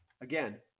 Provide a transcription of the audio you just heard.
again